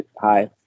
hi